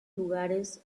lugares